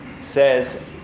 says